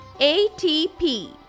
ATP